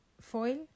foil